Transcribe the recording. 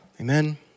Amen